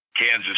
Kansas